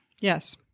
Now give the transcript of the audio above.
Yes